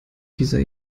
dieser